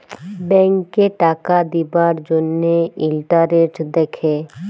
ব্যাংকে টাকা দিবার জ্যনহে ইলটারেস্ট দ্যাখে